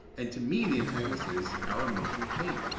and to me the antagonist is our emotional pain.